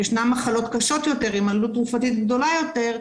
ישנן מחלות קשות יותר עם עלות תרופתית גדולה יותר,